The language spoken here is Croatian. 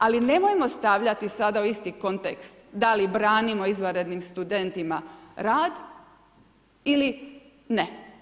Ali nemojmo stavljati sada u isti kontekst da li branimo izvanrednim studentima rad ili ne.